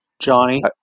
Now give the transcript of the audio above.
Johnny